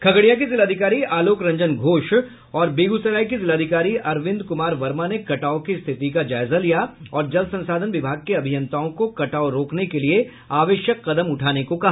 खगड़िया के जिलाधिकारी आलोक रंजन घोष और बेगूसराय के जिलाधिकारी अरविंद कुमार वर्मा ने कटाव की स्थिति का जायजा लिया और जल संसाधन विभाग के अभियंताओं को कटाव रोकने के लिये आवश्यक कदम उठाने को कहा